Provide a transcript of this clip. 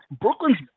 Brooklyn's